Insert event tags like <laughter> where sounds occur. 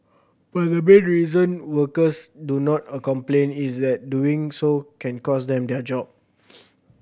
but the main reason workers do not complain is that doing so can cost them their job <noise>